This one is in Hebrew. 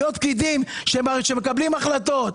להיות פקידים שמקבלים החלטות,